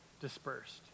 Dispersed